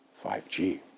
5G